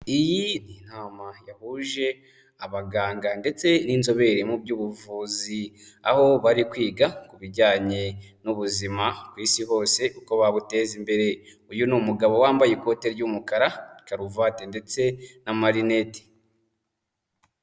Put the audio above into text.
Iyi ni inama yahuje abaganga ndetse n'inzobere mu by'ubuvuzi, aho bari kwiga ku bijyanye n'ubuzima ku isi hose uko babuteza imbere, uyu ni umugabo wambaye ikote ry'umukara, karuvati ndetse n'amarinete.